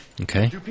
Okay